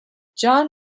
john